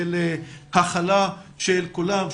של הכלה של כולם,